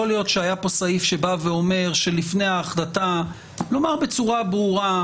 יכול להיות שסעיף שאומר בצורה ברורה,